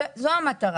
זו המטרה.